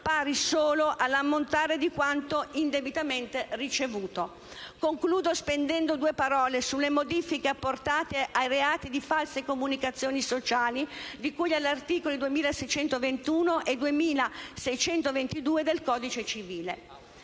pari solo all'ammontare di quanto indebitamente ricevuto. Concludo, spendendo due parole sulle modifiche apportate ai reati di false comunicazioni sociali, di cui agli articoli 2621 e 2622 del codice civile.